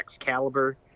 Excalibur